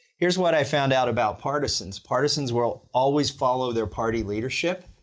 here's what i found out about partisans. partisans will always follow their party leadership.